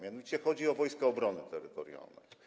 Mianowicie chodzi o Wojska Obrony Terytorialnej.